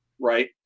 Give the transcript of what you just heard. Right